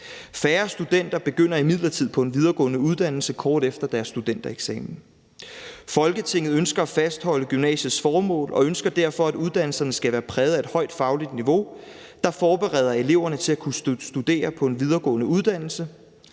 Færre studenter begynder imidlertid på en videregående uddannelse kort efter deres studentereksamen. Folketinget ønsker at fastholde gymnasiets formål og ønsker derfor, at uddannelserne skal være præget af et højt fagligt niveau, der forbereder eleverne til at kunne studere på en videregående uddannelse.